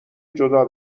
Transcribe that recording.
جدا